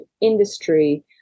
industry